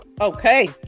Okay